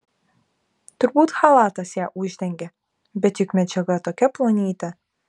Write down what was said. turbūt chalatas ją uždengė bet juk medžiaga tokia plonytė